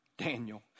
Daniel